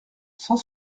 cent